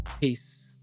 Peace